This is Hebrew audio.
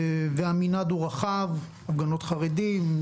המנעד הוא רחב הפגנות חרדים,